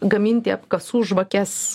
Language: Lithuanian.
gaminti apkasų žvakes